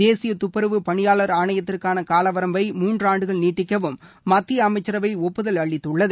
தேசிய துப்புரவுப் பணியாளர் ஆணையத்திற்கான காலவரம்பை மூன்றாண்டுகள் நீட்டிக்கவும் மத்திய அமைச்சரவை ஒப்புதல் அளித்துள்ளது